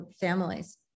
families